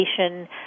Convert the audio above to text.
education